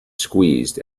squeezed